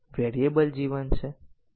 આપણે તે કેવી રીતે કરીએ